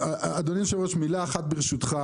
אדוני היושב ראש, מילה אחת ברשותך,